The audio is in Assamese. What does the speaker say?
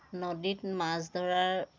নদীত মাছ ধৰাৰ